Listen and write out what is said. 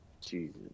Jesus